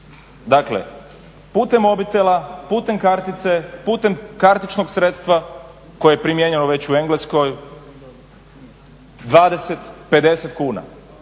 dakle putem mobitela, putem kartice, putem kartičnog sredstva koje je primijenjeno već u Engleskoj, 20, 50 kuna.